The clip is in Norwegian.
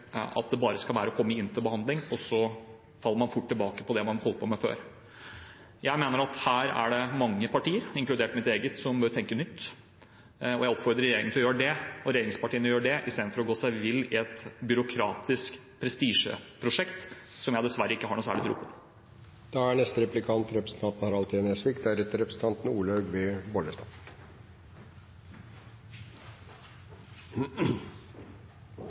at det bare skal være å komme inn til behandling og så faller man fort tilbake til det man holdt på med før. Jeg mener at her er det mange partier – inkludert mitt eget – som bør tenke nytt, og jeg oppfordrer regjeringen og regjeringspartiene til å gjøre det, istedenfor å gå seg vill i et byråkratisk prestisjeprosjekt som jeg dessverre ikke har noe særlig tro på. Representanten